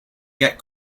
get